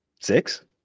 six